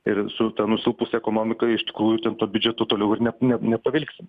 ir su ta nusilpusia ekonomika iš tikrųjų ten to biudžeto toliau ir ne ne nepavilksim